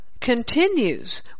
continues